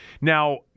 Now